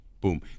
boom